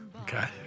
Okay